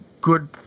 good